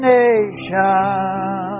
nation